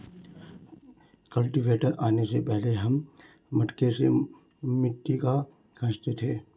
cultivator आने से पहले हम मटके से मिट्टी को खुरंचते थे